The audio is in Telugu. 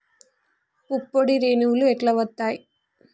పుప్పొడి రేణువులు ఎట్లా వత్తయ్?